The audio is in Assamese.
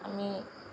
আমি